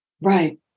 Right